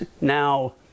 Now